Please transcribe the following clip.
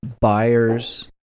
buyers